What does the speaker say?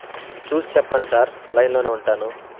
చూసి చెప్పండి సార్ లైన్లోనే ఉంటాను